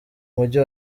mujyi